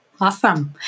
Awesome